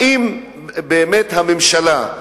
האם באמת הממשלה,